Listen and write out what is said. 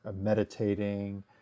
meditating